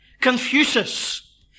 Confucius